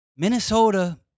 Minnesota